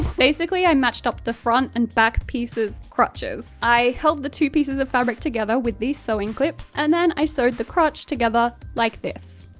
basically i matched up the front and back crotches. i held the two pieces of fabric together with these sewing clips, and then i sewed the crotch together like this.